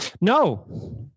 No